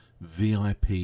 VIP